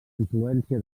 influència